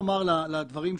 ולומר לגבי הדברים שנאמרו.